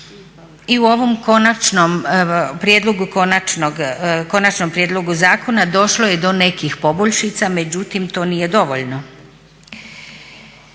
konačnog, konačnom prijedlogu zakona došlo je do nekih poboljšica, međutim to nije dovoljno.